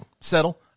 settle